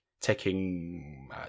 taking